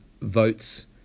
votes